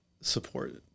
support